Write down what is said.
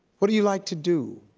what do you like to do?